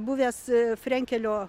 buvęs frenkelio